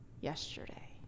yesterday